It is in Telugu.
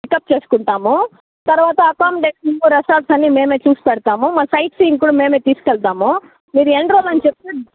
పికప్ చేసుకుంటాము తర్వాత అకామిడేషను రెసార్ట్స్ అన్నీ మేమే చూసి పెడతాము మా సైట్ సీయింగ్ కూడా మేమే తీసుకెళతాము మీరు ఎన్ని రోజులని చెప్తే